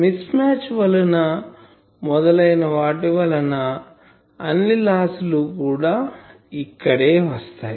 miss match వలన మొదలైన వాటి వలన అన్ని లాస్ లు కూడా ఇక్కడే వస్తాయి